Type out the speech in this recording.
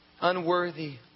unworthy